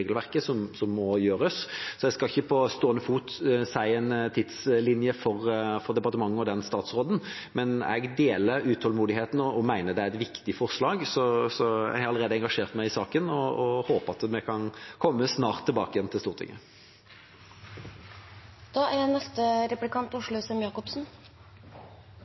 Jeg skal ikke på stående fot gi en tidslinje for departementet og den statsråden, men jeg deler utålmodigheten og mener det er et viktig forslag. Jeg har allerede engasjert meg i saken og håper at vi snart kan komme tilbake igjen til